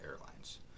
airlines